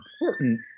important